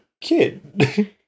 kid